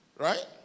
Right